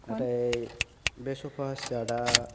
नाथाय बे स'फा सेत आ